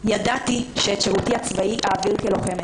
ידעתי שאת שירותי הצבאי אעביר כלוחמת.